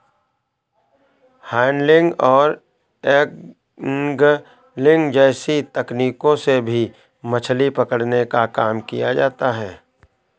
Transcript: handling और angling जैसी तकनीकों से भी मछली पकड़ने का काम किया जाता है